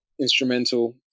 instrumental